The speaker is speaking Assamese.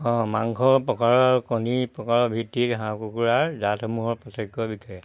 অঁ মাংস প্ৰকাৰৰ আৰু কণী প্ৰকাৰৰ ভিত্তিত হাঁহ কুকুৰাৰ জাতসমূহৰ পাৰ্থক্যৰ বিষয়ে